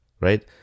right